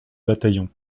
bataillon